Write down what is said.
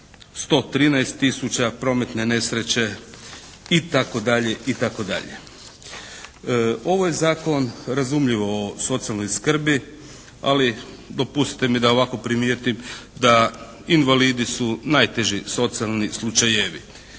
tisuća. Prometne nesreće, itd., itd. Ovo je Zakon razumljivo o socijalnoj skrbi, ali dopustite da ovako primijetim da invalidi su najteži socijalni slučajevi.